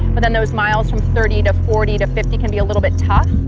but then those miles from thirty to forty to fifty can be a little bit tough.